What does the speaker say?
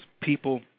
People